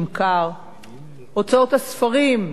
הוצאות ספרים נסגרו,